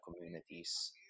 communities